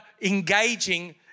engaging